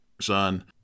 son